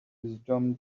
wisdom